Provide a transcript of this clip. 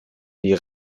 die